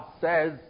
says